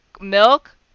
milk